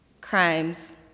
crimes